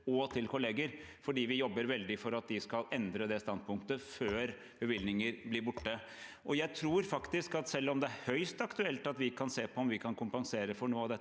til kolleger, for vi jobber veldig for at de skal endre det standpunktet før bevilgninger blir borte. Selv om det er høyst aktuelt at vi kan se på om vi kan kompensere for noe av dette,